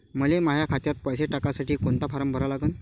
मले माह्या खात्यात पैसे टाकासाठी कोंता फारम भरा लागन?